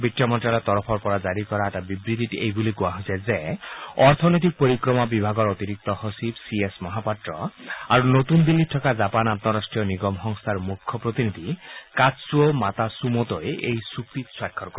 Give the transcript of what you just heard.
বিত্ত মন্ত্যালয়ৰ তৰফৰ পৰা জাৰি কৰা এটা বিবৃতিত এই বুলি কোৱা হৈছে যে অৰ্থনৈতিক পৰিক্ৰমা বিভাগৰ অতিৰিক্ত সচিব চি এছ মহাপাত্ৰ আৰু নতুন দিল্লীত থকা জাপান আন্তঃৰাষ্টীয় নিগম সংস্থাৰ মুখ্য প্ৰতিনিধি কাটছুঅ মাটাছুমটই এই চুক্তিত স্বাক্ষৰ কৰে